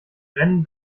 rennen